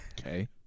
Okay